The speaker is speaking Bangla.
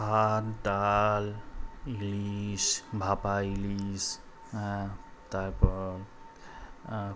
ভাত ডাল ইলিশ ভাপা ইলিশ হ্যাঁ তারপর